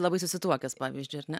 labai susituokęs pavyzdžiui ar ne